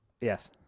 Yes